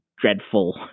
dreadful